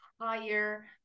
higher